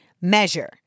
measure